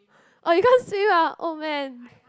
oh you can't swim ah oh man